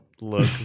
Look